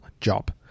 job